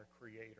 creator